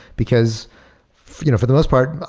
because you know for the most part,